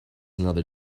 another